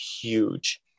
huge